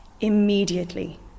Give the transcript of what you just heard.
immediately